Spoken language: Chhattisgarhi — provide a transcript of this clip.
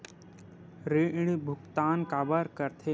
ऋण भुक्तान काबर कर थे?